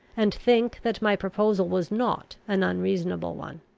and think that my proposal was not an unreasonable one.